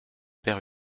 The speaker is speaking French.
père